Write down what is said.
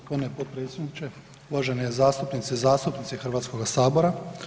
Poštovani potpredsjedniče, uvažene zastupnice i zastupnici Hrvatskoga sabora.